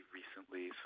recently